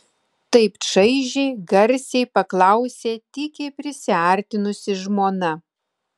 taip čaižiai garsiai paklausė tykiai prisiartinusi žmona